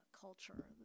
culture